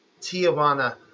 Tijuana